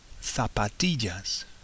zapatillas